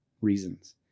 reasons